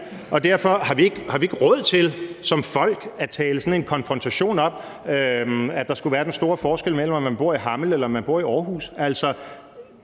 og derfor har vi ikke råd til som folk at tale sådan en konfrontation op om, at der skulle være den store forskel mellem, om man bor i Hammel eller man